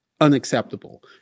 unacceptable